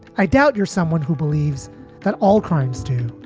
i doubt you're someone who believes that all crimes do.